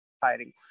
firing